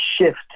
shift